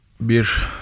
bir